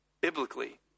biblically